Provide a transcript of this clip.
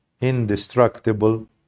indestructible